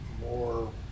more